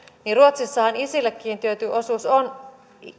niin ruotsissahan isille kiintiöity osuus on